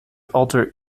alter